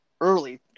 early